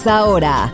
ahora